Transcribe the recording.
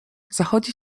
zachodzi